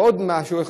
ועוד משהו,